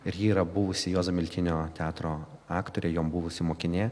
ir ji yra buvusi juozo miltinio teatro aktorė jo buvusi mokinė